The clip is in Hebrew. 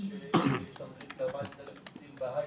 שיש לנו זינוק של 14,0000 עובדים בהייטק,